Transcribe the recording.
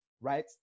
right